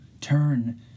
turn